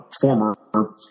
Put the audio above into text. former